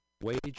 wage